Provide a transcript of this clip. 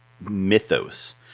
mythos